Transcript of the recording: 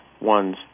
one's